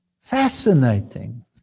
fascinating